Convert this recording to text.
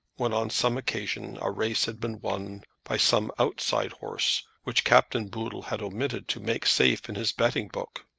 when on some occasion a race had been won by some outside horse which captain boodle had omitted to make safe in his betting-book.